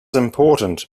important